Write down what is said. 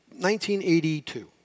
1982